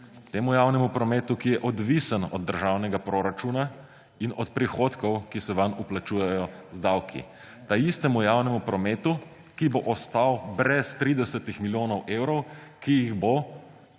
Temu javnemu prometu, ki je odvisen od državnega proračuna in od prihodkov, ki se vanj vplačujejo z davki. Taistemu javnemu prometu, ki bo ostal brez 30 milijonov evrov, ki jih bo